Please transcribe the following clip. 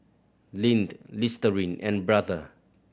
Lindt Listerine and Brother